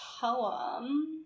poem